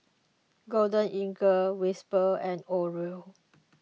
Golden Eagle Whisper and Oreo